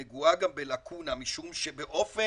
היא נגועה גם בלקונה משום שבעצם